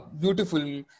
Beautiful